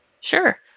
Sure